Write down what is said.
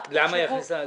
למה יכניס?